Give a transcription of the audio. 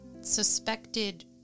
suspected